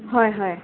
হয় হয়